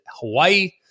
Hawaii